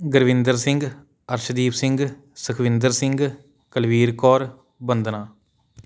Gurvinder Singh Arshdeep Singh Sukhwinder Singh Kulvir Kaur Bandana